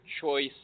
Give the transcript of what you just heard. choice